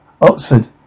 Oxford